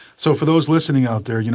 so for those listening out there, you know